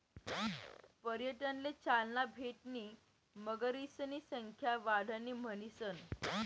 पर्यटनले चालना भेटणी मगरीसनी संख्या वाढणी म्हणीसन